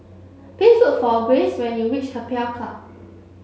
please look for Grayce when you reach Keppel Club